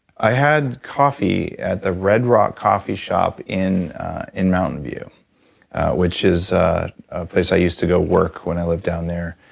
i had coffee at the red rock coffee shop in in mountain view which is a place i used to go work when i lived down there.